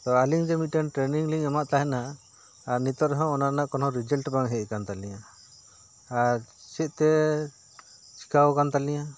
ᱛᱚ ᱟᱹᱞᱤᱧ ᱫᱚ ᱢᱤᱫᱴᱮᱱ ᱴᱨᱮᱱᱤᱝ ᱞᱤᱧ ᱮᱢᱟᱜ ᱛᱟᱦᱮᱱᱟ ᱟᱨ ᱱᱤᱛᱳᱜ ᱨᱮᱦᱚᱸ ᱚᱱᱟ ᱨᱮᱱᱟᱜ ᱠᱚᱱᱚ ᱨᱮᱡᱟᱞᱴ ᱵᱟᱝ ᱦᱮᱡ ᱟᱠᱟᱱ ᱛᱟᱹᱞᱤᱧᱟ ᱟᱨ ᱪᱮᱫᱼᱛᱮ ᱪᱤᱠᱟᱹ ᱟᱠᱟᱱ ᱛᱟᱹᱞᱤᱧᱟ